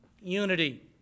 unity